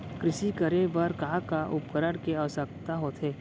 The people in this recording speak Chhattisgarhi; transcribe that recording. कृषि करे बर का का उपकरण के आवश्यकता होथे?